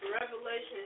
Revelation